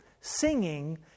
Singing